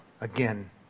again